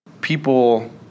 People